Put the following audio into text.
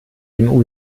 dem